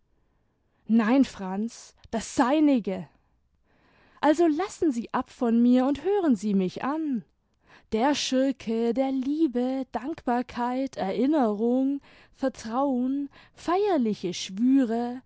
nein franz das seinige also lassen sie ab von mir und hören sie mich an der schurke der liebe dankbarkeit erinnerung vertrauen feierliche schwüre